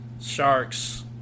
sharks